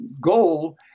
goal